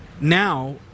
now